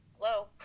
Hello